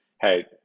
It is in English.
Hey